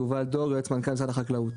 יובל דור יועץ מנכ"ל משרד החקלאות,